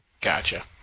Gotcha